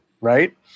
Right